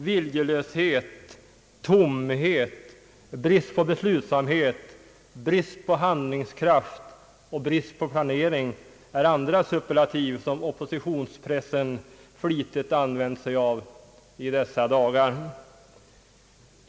Viljelöshet, tomhet, brist på beslutsamhet, brist på handlingskraft och brist på planering är andra omdömen som oppositionspressen flitigt använt sig av dessa dagar.